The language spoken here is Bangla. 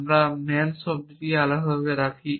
আমরা ম্যান শব্দটিকে আলাদাভাবে রাখি